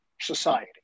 society